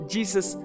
Jesus